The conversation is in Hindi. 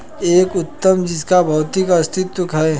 एक उत्पाद जिसका भौतिक अस्तित्व है?